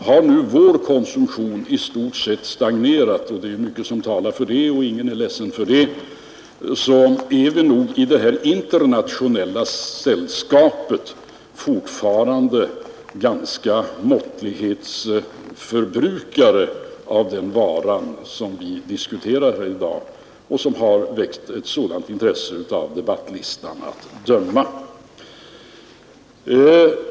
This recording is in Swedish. Har nu vår konsumtion i stort sett stagnerat — det är mycket som talar för det, och ingen är ledsen för det — så får vi nog i det här internationella sällskapet betrakta oss som måttlighetsförbrukare av den vara vi nu diskuterar och som väckt ett sådant intresse, av talarlistan att döma.